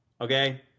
Okay